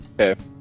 Okay